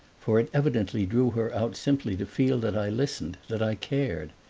for it evidently drew her out simply to feel that i listened, that i cared.